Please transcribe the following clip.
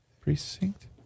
Precinct